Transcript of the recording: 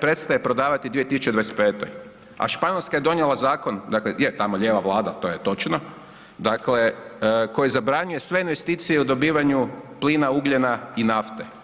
prestaje prodavati 2025., a Španjolska je donijela zakon, dakle, je tamo lijeva vlada, to je točno, dakle, koji zabranjuje sve investicije u dobivanju plina, ugljena i nafte.